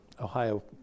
Ohio